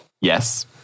Yes